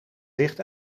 licht